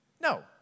No